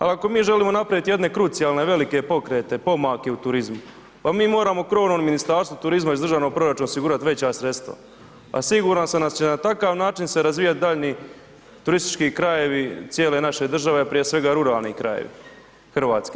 Ali ako mi želimo napravit jedne krucijalne velike pokrete, pomake u turizmu pa mi moramo krovnom Ministarstvu turizma iz državnog proračuna osigurat veća sredstva, a siguran sam da će na takav način se razvijat daljnji turistički krajevi cijele naše države, prije svega ruralni krajevi Hrvatske.